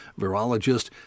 virologist